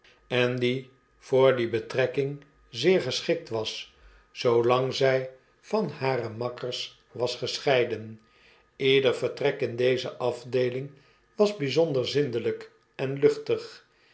en die voor die betrekking zeer geschikt was zoolang zij van hare makkers was gescheiden ieder vertrek in deze afdeeling was bijzonder zindelijk en luchtig